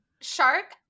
shark